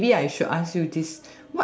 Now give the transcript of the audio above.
maybe I should ask you this